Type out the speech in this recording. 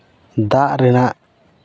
ᱫᱟᱜ ᱨᱮᱱᱟᱜ